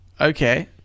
okay